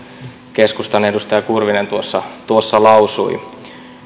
keskustan edustaja kurvinen tuossa tuossa lausui